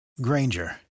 Granger